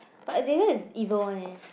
but Azazel is evil one eh